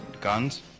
guns